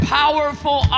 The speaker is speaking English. powerful